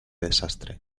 desastre